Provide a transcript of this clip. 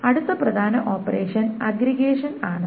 അടുത്ത പ്രധാന operation aggregation ആണ്